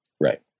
Right